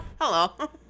hello